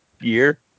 year